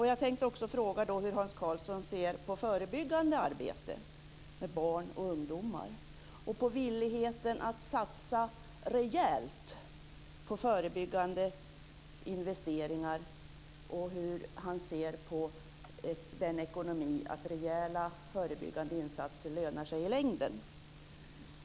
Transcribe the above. Jag tänkte också fråga hur Hans Karlsson ser på förebyggande arbete med barn och ungdomar och om villigheten att satsa rejält på förebyggande investeringar och om hur han ser på ekonomin, att rejäla förebyggande insatser lönar sig i längden.